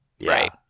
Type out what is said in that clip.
Right